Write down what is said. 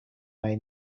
may